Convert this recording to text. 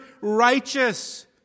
righteous